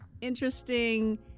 interesting